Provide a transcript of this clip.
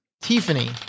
Tiffany